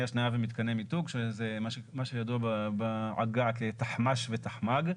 השנאה ומתקני מיתוג שזה מה שידוע בעגה כתחמ"ש ותחמ"ג.